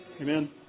Amen